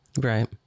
right